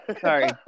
Sorry